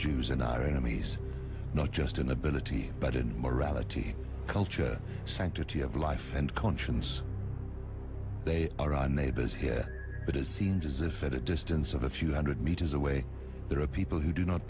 jews in our enemies not just in ability but in morality culture sanctity of life and conscience they are our neighbors here but it seems as if at a distance of a few hundred meters away there are people who do not